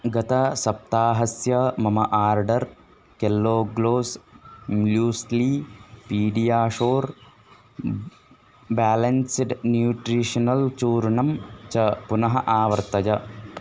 गतसप्ताहस्य मम order Kellogg's muesli PediaSure balanced nutritional चूर्णं च पुनः आवर्तय